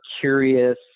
curious